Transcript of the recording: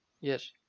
yes